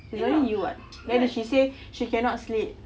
it's only you [what] then she say she cannot sleep